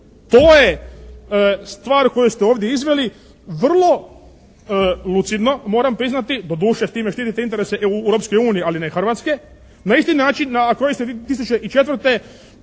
To je stvar koju ste ovdje izveli vrlo lucidno, moram priznati. Doduše s time štitite interese Europske unije ali ne Hrvatske. Na isti način na koji ste 2004.